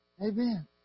Amen